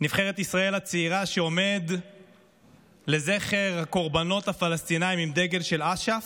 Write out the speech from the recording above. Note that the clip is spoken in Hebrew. נבחרת ישראל הצעירה שעומד לזכר הקורבנות הפלסטינים עם דגל של אש"ף.